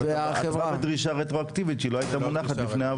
אבל זו הייתה דרישה רטרואקטיבית שלא הייתה מונחת בפני הוועדה.